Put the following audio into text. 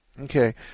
Okay